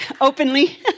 openly